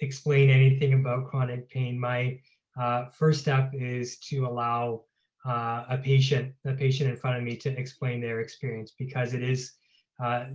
explain anything about chronic pain, my first step is to allow a patient, the patient in front of me to explain their experience because it is